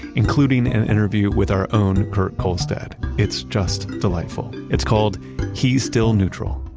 including an interview with our own kurt kohlstedt. it's just delightful. it's called he's still neutral.